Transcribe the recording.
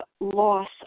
loss